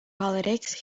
politics